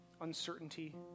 uncertainty